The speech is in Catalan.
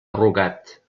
rugat